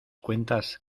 cuentas